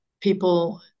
people